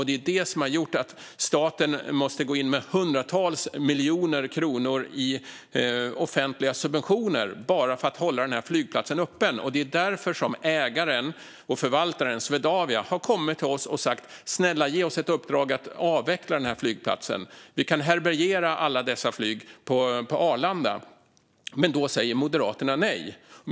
Det är det som har gjort att staten måste gå in med hundratals miljoner kronor i offentliga subventioner bara för att hålla den här flygplatsen öppen, och det är därför ägaren och förvaltaren Swedavia har kommit till oss och sagt: Snälla, ge oss ett uppdrag att avveckla den här flygplatsen! Vi kan härbärgera alla dessa flyg på Arlanda! Då säger Moderaterna nej.